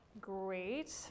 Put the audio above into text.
Great